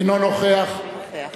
אינו נוכח